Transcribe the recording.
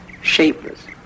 shapeless